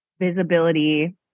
visibility